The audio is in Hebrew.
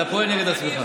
אתה פועל נגד עצמך.